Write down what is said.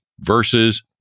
versus